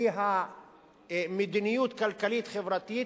כי המדיניות הכלכלית-חברתית